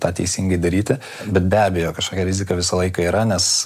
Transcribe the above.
tą teisingai daryti bet be abejo kažkokia rizika visą laiką yra nes